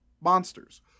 monsters